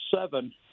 seven